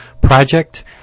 project